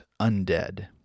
undead